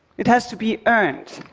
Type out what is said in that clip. it has to be earned.